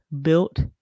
built